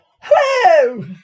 Hello